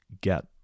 get